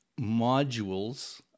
modules